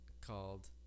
called